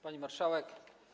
Pani Marszałek!